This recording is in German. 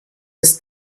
ist